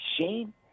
Shame